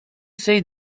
say